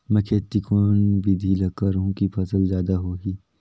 मै खेती कोन बिधी ल करहु कि फसल जादा होही